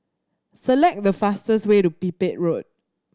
select the fastest way to Pipit Road